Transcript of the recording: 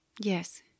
Yes